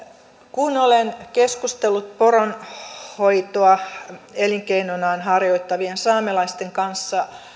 kun olen keskustellut poronhoitoa elinkeinonaan harjoittavien saamelaisten kanssa